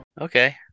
Okay